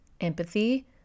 empathy